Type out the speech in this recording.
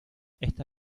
esta